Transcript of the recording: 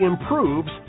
improves